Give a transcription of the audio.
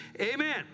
Amen